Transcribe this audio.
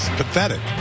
pathetic